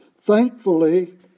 Thankfully